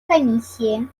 комиссии